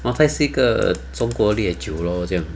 mou tai 是一个中国烈酒 lor 这样子